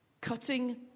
Cutting